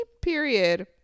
Period